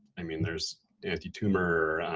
i mean, there's anti-tumor,